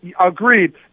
agreed